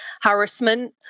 harassment